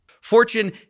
fortune